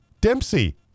Dempsey